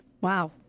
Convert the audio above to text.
wow